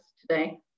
today